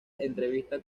entrevista